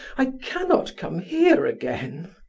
i cannot come here again.